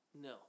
No